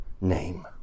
name